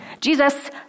Jesus